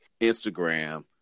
Instagram